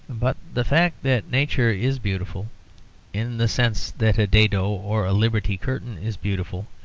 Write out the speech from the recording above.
but the fact that nature is beautiful in the sense that a dado or a liberty curtain is beautiful,